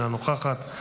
אינה נוכחת,